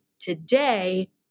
today